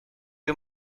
you